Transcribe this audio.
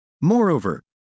Moreover